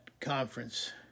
conference